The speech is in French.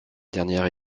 dernière